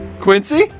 Quincy